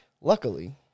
Luckily